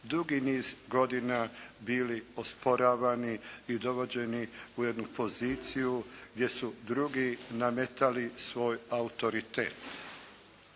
dugi niz godina bili osporavani i dovođeni u jednu poziciju gdje su drugi nametali svoj autoritet.